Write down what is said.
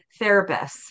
therapists